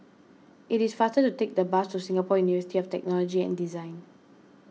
it is faster to take the bus to Singapore University of Technology and Design